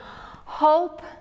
hope